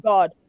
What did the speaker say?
God